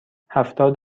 هفتاد